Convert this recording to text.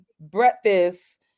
breakfast